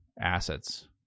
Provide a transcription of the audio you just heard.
assets